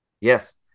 Yes